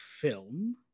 film